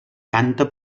canta